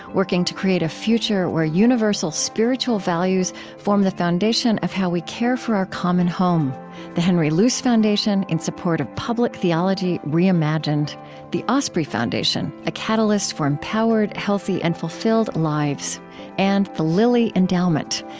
working to create a future where universal spiritual values form the foundation of how we care for our common home the henry luce foundation, in support of public theology reimagined the osprey foundation, a catalyst for empowered, healthy, and fulfilled lives and the lilly endowment,